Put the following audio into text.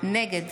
נגד